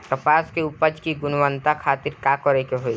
कपास के उपज की गुणवत्ता खातिर का करेके होई?